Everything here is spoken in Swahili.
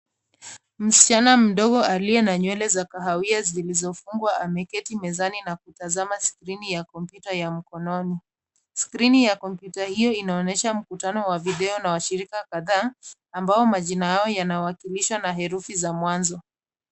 Msichana mdogo aliye na nywele ya kahawia zilizofungwa ameketi mezani na kutazama skrini ya kompyuta ya mkononi. Skrini ya kompyuta hiyo inaonyesha mkutano wa video na washirika kadhaa ambao majina yao yanawakilishwa na herufi za mwanzo.